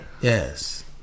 yes